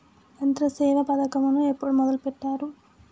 యంత్రసేవ పథకమును ఎప్పుడు మొదలెట్టారు?